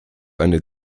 eine